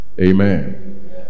Amen